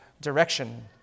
direction